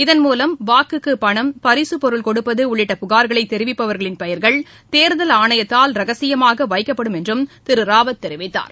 இதன்மூவம் வாக்குக்குப்பணம் பரிசுப் பொருள் கொடுப்பது உள்ளிட்ட புகார்களை தெரிவிப்பவர்களின் பெயர்கள் தேர்தல் ஆணையத்தால் ரகசியமாக வைக்கப்படும் என்றும் திரு ராவத் தெரிவித்தார்